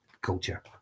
culture